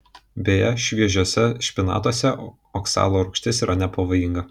beje šviežiuose špinatuose oksalo rūgštis yra nepavojinga